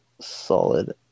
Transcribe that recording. solid